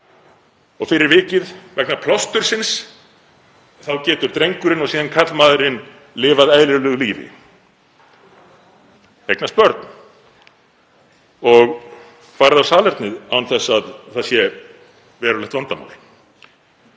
og fyrir vikið, vegna plástursins, getur drengurinn og síðar karlmaðurinn lifað eðlilegu lífi, eignast börn og farið á salernið án þess að það sé verulegt vandamál.